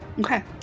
Okay